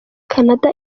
canada